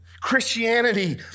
Christianity